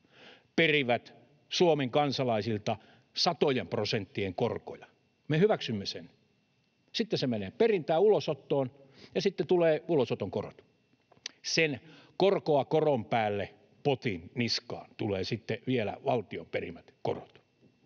perivät Suomen kansalaisilta satojen prosenttien korkoja. Me hyväksymme sen. Sitten se menee perintään, ulosottoon, ja sitten tulee ulosoton korot. Sen korkoa koron päälle ‑potin niskaan tulee sitten vielä valtion perimät korot.